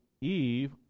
Eve